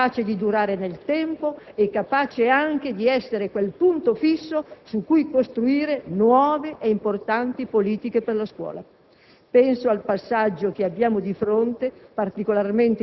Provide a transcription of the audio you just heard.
Oggi spero che si sia costruita una riforma capace di durare nel tempo, e capace anche di essere quel punto fisso su cui costruire nuove e importanti politiche per la scuola.